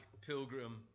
pilgrim